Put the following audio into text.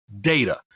data